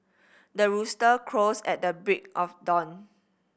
the rooster crows at the break of dawn